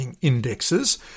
indexes